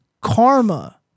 karma